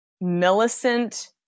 Millicent